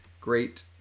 Great